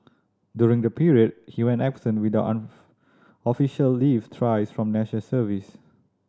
during that period he went absent without an official leave thrice from National Service